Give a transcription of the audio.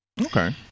Okay